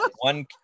one